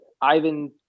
Ivan